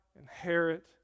inherit